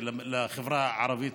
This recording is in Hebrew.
לחברה הערבית.